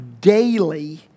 daily